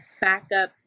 backup